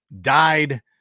died